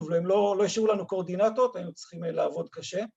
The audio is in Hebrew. ‫אבל הם לא השאירו לנו קואורדינטות, ‫היינו צריכים לעבוד קשה.